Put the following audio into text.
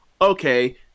okay